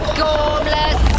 gormless